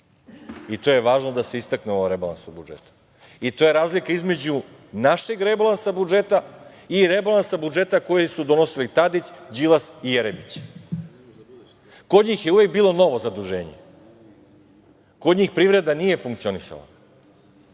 je važno da se istakne u ovom rebalansu budžeta. To je razlika između našeg rebalansa budžeta i rebalansa budžeta koji su donosili Tadić, Đilas i Jeremić, kod njih je uvek bilo novo zaduženje, kod njih privreda nije funkcionisala